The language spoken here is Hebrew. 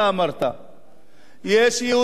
יש יהודים שרוצים להתעורר,